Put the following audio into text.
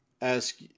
ask